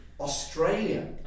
Australia